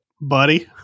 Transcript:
buddy